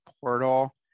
portal